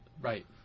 Right